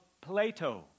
plato